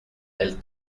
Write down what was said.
elle